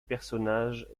personnages